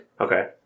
Okay